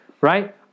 right